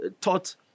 taught